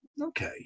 okay